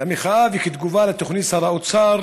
במחאה וכתגובה על תוכנית שר האוצר